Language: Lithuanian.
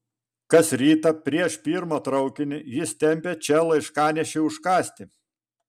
kas rytą prieš pirmą traukinį jis tempia čia laiškanešį užkąsti